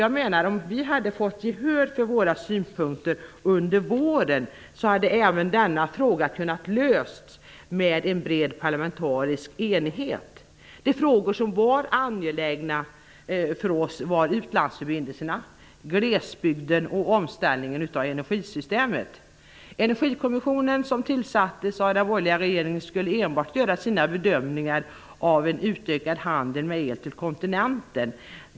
Jag menar att om vi hade fått gehör för våra synpunkter under våren hade även denna fråga kunnat lösas med bred parlamentarisk enighet. De frågor som var angelägna för oss var utlandsförbindelserna, glesbygden och omställningen av energisystemet. Energikommissionen, som tillsattes av den borgerliga regeringen, skulle enbart göra sina bedömningar av en utökad handel med el till kontinenten.